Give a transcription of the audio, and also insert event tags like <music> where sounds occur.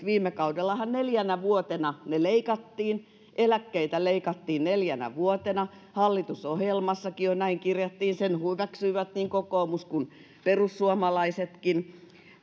<unintelligible> viime kaudellahan neljänä vuotena ne leikattiin eläkkeitä leikattiin neljänä vuotena hallitusohjelmassakin jo näin kirjattiin sen hyväksyivät niin kokoomus kuin perussuomalaisetkin